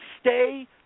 stay